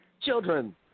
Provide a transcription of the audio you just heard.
Children